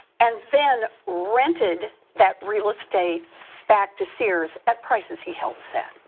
and then rented that real estate back to sears at prices he helped set.